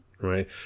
right